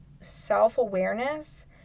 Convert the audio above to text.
self-awareness